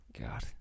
God